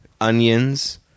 onions